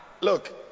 Look